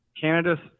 Canada